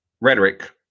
rhetoric